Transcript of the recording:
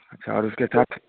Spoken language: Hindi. अच्छा और उसके साथ